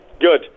Good